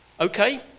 Okay